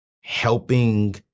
helping